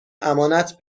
امانت